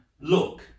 look